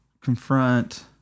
confront